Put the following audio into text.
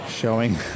Showing